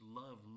love